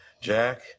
Jack